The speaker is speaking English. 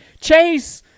Chase